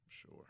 Sure